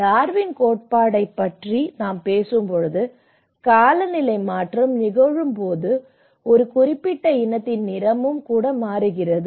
எனவே டார்வின் கோட்பாட்டைப் பற்றி நாம் பேசும்போது காலநிலை மாற்றம் நிகழும்போது ஒரு குறிப்பிட்ட இனத்தின் நிறமும் கூட மாறுகிறது